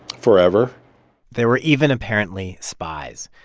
forever there were even, apparently, spies.